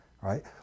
right